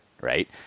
right